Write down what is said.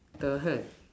the heck